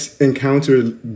encounter